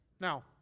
Now